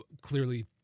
clearly